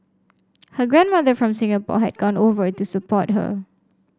her grandmother from Singapore had gone over to support her